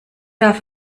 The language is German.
darf